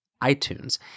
iTunes